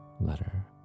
letter